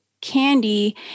candy